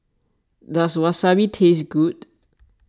does Wasabi taste good